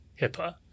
HIPAA